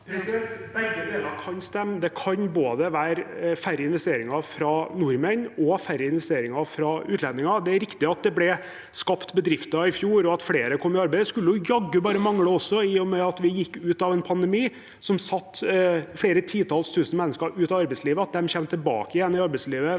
Begge deler kan stemme: Det kan både være færre investeringer fra nordmenn og færre investeringer fra utlendinger. Det er riktig at det ble skapt bedrifter i fjor, og at flere kom i arbeid. Det skulle også bare mangle i og med at vi gikk ut av en pandemi som satte flere titalls tusen mennesker ut av arbeidslivet. At de kommer tilbake til arbeidslivet